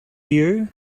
you